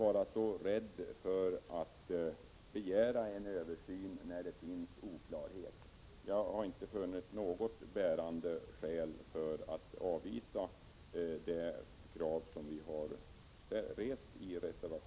Beträffande rädslan för att begära en översyn i händelse av oklarheter vill jag framhålla att jag inte har funnit något bärande skäl för att avvisa kravet i reservationen.